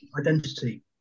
identity